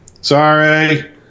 Sorry